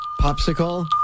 Popsicle